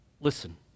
listen